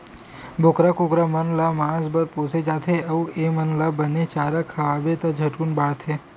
बोकरा, कुकरा मन ल मांस बर पोसे जाथे अउ एमन ल बने चारा खवाबे त झटकुन बाड़थे